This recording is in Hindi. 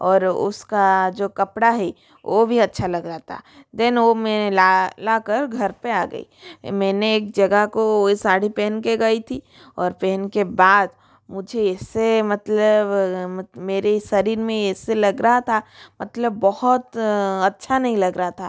और उसका जो कपड़ा है वो भी अच्छा लगा रहा था देन वो मैंने लाकर घर पे आ गई मैंने एक जगह को वे साड़ी पहन के गई थी और पहन के बाद मुझे इससे मतलब मेरे शरीर में ऐसे लग रहा था मतलब बहुत अच्छा नहीं लग रहा था